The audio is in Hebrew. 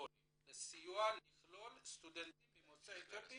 לסיוע לכלול סטודנטים ממוצא אתיופי